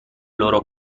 loro